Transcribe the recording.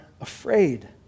afraid